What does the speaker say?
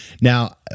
Now